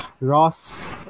Ross